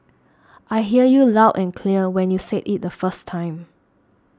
I hear you loud and clear when you said it the first time